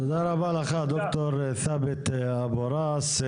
תודה רבה לך ד"ר ת'אבת אבו ראס.